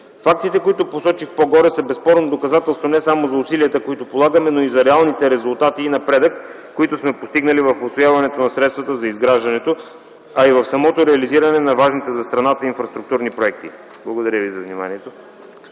Фактите, които посочих по-горе, са безспорно доказателство не само за усилията, които полагаме, но и за реалните резултати и напредъка, които сме постигнали в усвояването на средствата за изграждането, а и в самото реализиране на важните за страната инфраструктурни обекти. Благодаря.